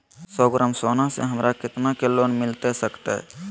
सौ ग्राम सोना से हमरा कितना के लोन मिलता सकतैय?